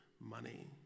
money